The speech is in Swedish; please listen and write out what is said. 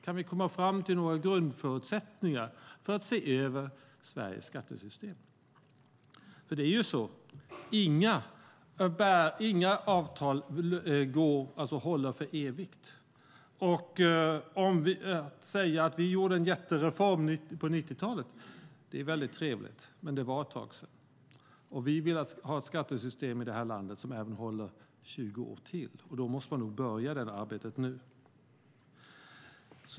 Kan vi komma fram till några grundförutsättningar för att se över Sveriges skattesystem? Det är ju så att inga avtal håller för evigt. Säg att vi gjorde en jättereform på 90-talet, det är väldigt trevligt. Men det var ett tag sedan. Vi vill alltså ha ett skattesystem i det här landet som håller i 20 år till. Då måste man nog börja det arbetet nu.